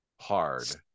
hard